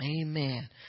Amen